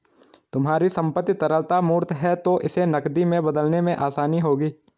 तुम्हारी संपत्ति तरलता मूर्त है तो इसे नकदी में बदलने में आसानी होगी